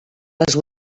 les